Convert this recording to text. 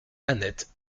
annette